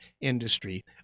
industry